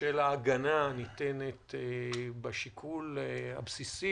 של ההגנה הניתנת בשיקול הבסיסי,